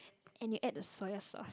and you add the soya sauce